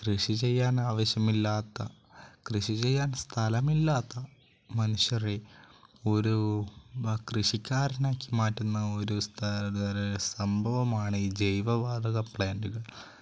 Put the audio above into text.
കൃഷി ചെയ്യാൻ ആവശ്യമില്ലാത്ത കൃഷി ചെയ്യാൻ സ്ഥലമില്ലാത്ത മനുഷ്യരെ ഒരു കൃഷിക്കാരനാക്കി മാറ്റുന്ന ഒരു സംഭവമാണ് ഈ ജൈവവാതക പ്ലാൻറുകൾ